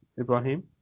Ibrahim